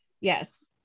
Yes